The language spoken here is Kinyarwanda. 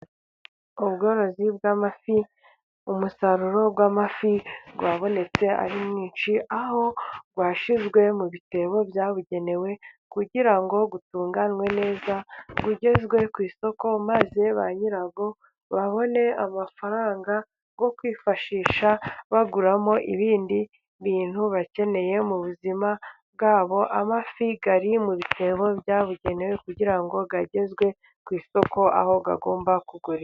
Ubworozi bw'amafi, umusaruro w'amafi wabonetse ari mwinshi, aho washyizwe mu bitebo byabugenewe kugira ngo utunganywe neza ugezwe ku isoko, maze ba nyirawo babone amafaranga yo kwifashisha, baguramo ibindi bintu bakeneye mu buzima bwabo. Amafi ari mu bitebo byabugenewe, kugira ngo agezwe ku isoko, aho agomba kugurishwa.